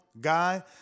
guy